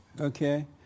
Okay